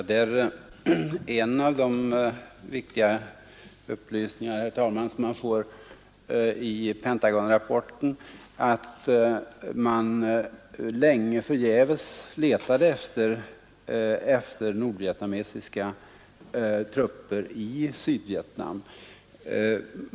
Herr talman! En intressant upplysning i Pentagonrapporten är att man förgäves letade efter nordvietnamesiska trupper i Sydvietnam.